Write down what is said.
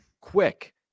quick